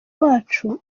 wacu